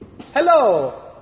Hello